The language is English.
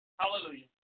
hallelujah